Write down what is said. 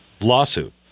lawsuit